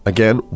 Again